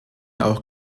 auch